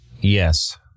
Yes